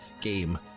game